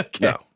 No